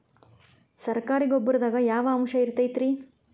ಸರಕಾರಿ ಗೊಬ್ಬರದಾಗ ಯಾವ ಅಂಶ ಇರತೈತ್ರಿ?